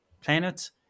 planet